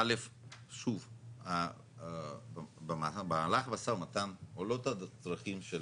א', שוב, במהלך משא ומתן עולים הצרכים של